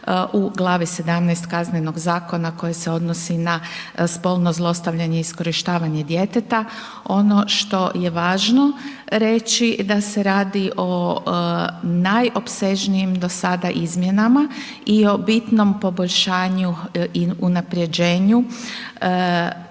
u glavi 17. Kaznenog zakona koji se odnosi na spolno zlostavljanje i iskorištavanje djeteta. Ono što je važno reći, da se radi o najopsežnijem do sada izmjenama i o bitnom poboljšanju i unaprjeđenju